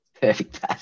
perfect